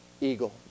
eagle